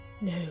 No